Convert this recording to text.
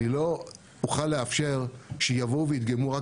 אני לא אוכל לאפשר שיבואו וידגמו רק